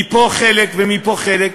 מפה חלק ומפה חלק,